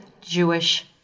Jewish